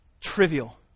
trivial